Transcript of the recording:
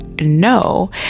no